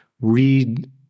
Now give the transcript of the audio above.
read